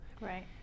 Right